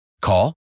Call